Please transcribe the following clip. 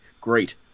great